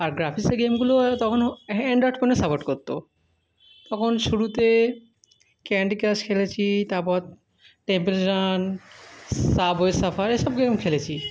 আর গ্রাফিক্সের গেমগুলো অ্যা তখনও অ্যানড্রয়েড ফোনে সাপোর্ট করত তখন শুরুতে ক্যান্ডিক্রাশ খেলেছি তারপর টেম্পেল রান সাবওয়ে সারফার এসব গেম খেলেছি